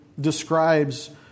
describes